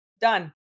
done